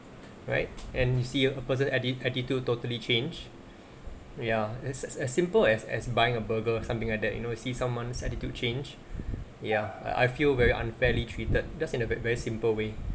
right and you see a a person atti~ attitude totally change ya as as as simple as as buying a burger or something like that you know see someone's attitude change ya I I feel very unfairly treated does in a ve~ very simple way